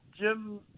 Jim